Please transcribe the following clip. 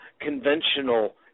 conventional